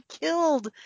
killed